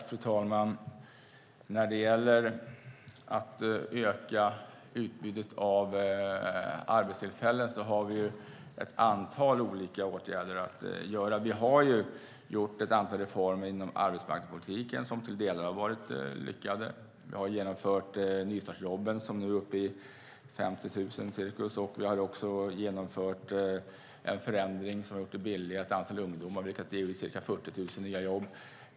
Fru talman! När det gäller att öka utbudet av arbetstillfällen har vi ett antal olika åtgärder vi kan vidta. Vi har gjort ett antal reformer inom arbetsmarknadspolitiken som till delar varit lyckade. Vi har genomfört nystartsjobben som nu är uppe i ca 50 000. Vi har genomfört en förändring som gjort det billigare att anställa ungdomar, vilket gett ca 40 000 nya jobb.